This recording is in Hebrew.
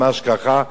ממש ככה,